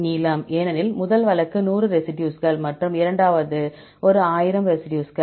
நீளம் ஏனெனில் முதல் வழக்கு 100 ரெசிடியூஸ்கள் மற்றும் இரண்டாவது ஒரு 1000 ரெசிடியூஸ்கள்